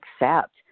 accept